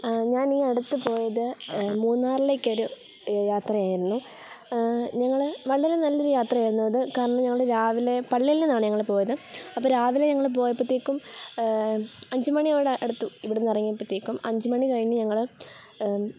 ഞാൻ ഈ അടുത്ത് പോയത് മൂന്നാറിലേക്കൊരു യാത്ര ആയിരുന്നു ഞങ്ങൾ വളരെ നല്ലൊരു യാത്ര ആയിരുന്നു അത് കാരണം ഞങ്ങൾ രാവിലെ പള്ളിയിൽ നിന്നാണ് ഞങ്ങൾ പോയത് അപ്പോൾ രാവിലെ ഞങ്ങൾ പോയപ്പോഴത്തേക്കും അഞ്ച് മണിയോടെ അടുത്തു ഇവിടുന്ന് ഇറങ്ങിയപ്പോഴത്തേക്കും അഞ്ച് മണി കഴിഞ്ഞു ഞങ്ങൾ